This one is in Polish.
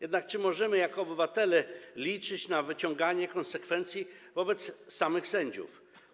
Jednak czy możemy jako obywatele liczyć na wyciąganie konsekwencji wobec samych sędziów?